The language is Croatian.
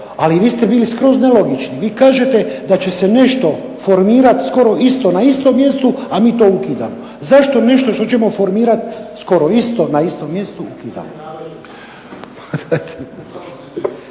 Ali vi ste bili skroz nelogični. Vi kažete da će se nešto formirati skoro isto na istom mjestu, a mi to ukidamo. Zašto nešto što ćemo formirati skoro isto na istom mjestu ukidamo?